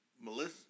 Melissa